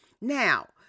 Now